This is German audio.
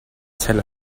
zelle